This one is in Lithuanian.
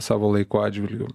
savo laiko atžvilgiu